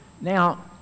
Now